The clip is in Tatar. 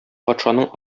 патшаның